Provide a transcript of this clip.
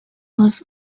was